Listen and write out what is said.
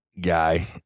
guy